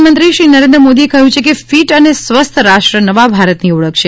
પ્રધાનમંત્રી શ્રી નરેન્દ્ર મોદીએ કહ્યું છે કે ફિટ અને સ્વસ્થ રાષ્ટ્ર નવા ભારતની ઓળખ છે